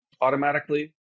automatically